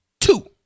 two